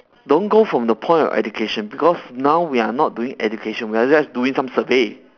don't go from the point of education because now we are not doing education we are just doing some survey